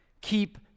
Keep